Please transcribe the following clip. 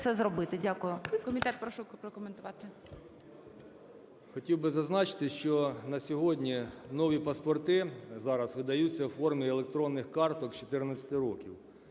Хотів би зазначити, що на сьогодні нові паспорти зараз видаються у формі електронних карток з 14 років.